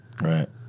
Right